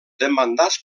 demandats